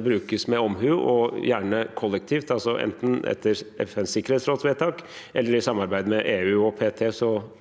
brukes med omhu og gjerne kollektivt, altså enten etter vedtak i FNs sikkerhetsråd eller i samarbeid med EU, og p.t.